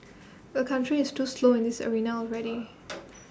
the country is too slow in this arena already